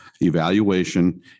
evaluation